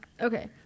Okay